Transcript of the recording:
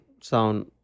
sound